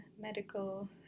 medical